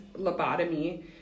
lobotomy